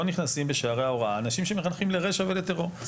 נכנסים בשערי ההוראה אנשים שמחנכים לרשע ולטרור,